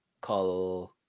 call